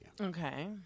Okay